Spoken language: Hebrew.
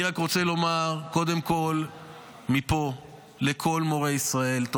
אני רק רוצה לומר מפה לכל מורי ישראל: קודם כול,